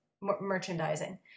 merchandising